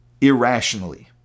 irrationally